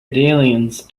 daniels